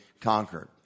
conquered